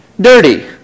dirty